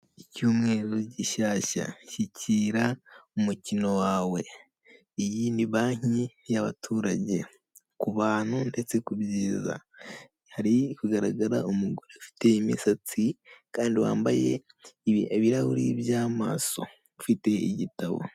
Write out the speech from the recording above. Icyumweru gishyashya, shyikira umukino wawe, iyi ni banki y'abaturage ku bantu ndetse ku byiza, hari kugaragara umugore ufite imisatsi kandi wambaye ibirahuri by'amaso afite igitabo.